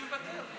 אני מוותר.